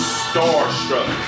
starstruck